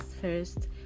first